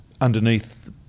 underneath